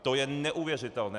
To je neuvěřitelné!